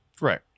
right